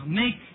make